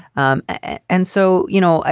um ah and so, you know, ah